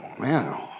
man